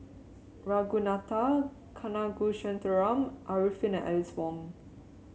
Ragunathar Kanagasuntheram Arifin and Alice Ong